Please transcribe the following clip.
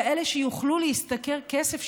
כאלה שיוכלו להשתכר כסף,